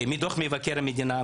מדו"ח מבקר המדינה,